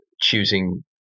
choosing